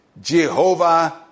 Jehovah